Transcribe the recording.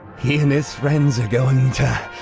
his friends are going to.